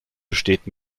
besteht